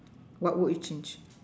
what would you change